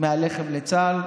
מהלחם לצה"ל,